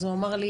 והוא אמר לי: